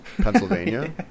Pennsylvania